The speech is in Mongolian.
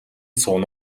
сууна